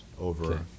over